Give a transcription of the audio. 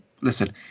listen